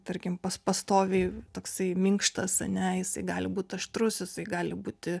tarkim pas pastoviai toksai minkštas ane jisai gali būt aštrus jisai gali būti